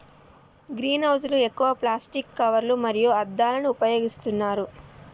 green house లు ఎక్కువగా plastic కవర్లు మరియు అద్దాలను ఉపయోగిస్తున్నారు